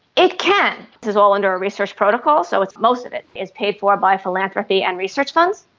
it can. this is all under a research protocol, so most of it is paid for by philanthropy and research funds.